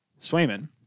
Swayman